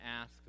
ask